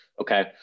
okay